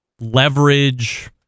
leverage